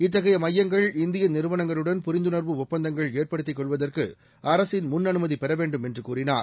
இத்தகையமையங்கள் இந்தியநிறுவனங்களுடன் புரிந்துணர்வு ஒப்பந்தங்கள் ஏற்படுத்திக்கொள்வதற்குஅரசின் முன்அனுமதிபெறவேண்டும் என்றுகூறினார்